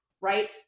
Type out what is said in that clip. right